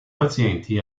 pazienti